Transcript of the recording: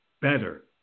better